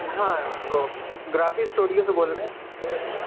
ہاں وہ گرافی اسٹوڈیو سے بول رہے ہیں